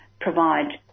provide